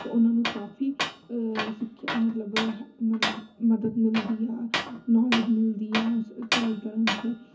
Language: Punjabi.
ਤਾਂ ਉਹਨਾਂ ਨੂੰ ਕਾਫੀ ਸਿੱਖਿਆ ਮਤਲਬ ਹੈ ਮਤਲਬ ਮਦਦ ਮਿਲਦੀ ਆ ਨੌਲੇਜ ਮਿਲਦੀ ਆ ਪੜ੍ਹਾਈ ਕਰਨ 'ਚ